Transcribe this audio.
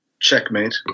Checkmate